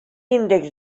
índexs